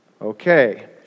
Okay